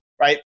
right